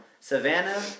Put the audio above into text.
Savannah